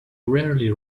rarely